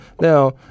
Now